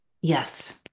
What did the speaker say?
Yes